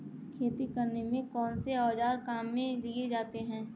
खेती करने में कौनसे औज़ार काम में लिए जाते हैं?